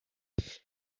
ich